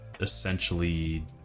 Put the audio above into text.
essentially